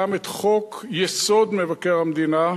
גם את חוק-יסוד: מבקר המדינה,